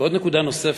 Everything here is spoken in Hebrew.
נקודה נוספת,